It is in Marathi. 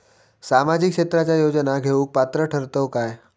सामाजिक क्षेत्राच्या योजना घेवुक पात्र ठरतव काय?